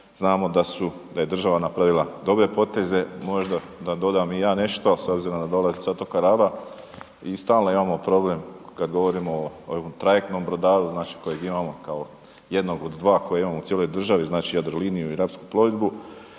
znamo da je država napravila dobre poteze, možda da nadodam i ja nešto s obzirom da dolazim sa otoka Raba i stalno imamo problem kad govorimo o trajektnom brodaru znači kojeg imamo kao jednog od dva koje imamo u cijeloj državi, znali Jadroliniju i Rapsku plovidbu,